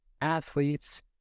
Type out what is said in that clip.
athletes